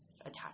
attached